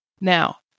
Now